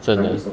真的